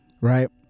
right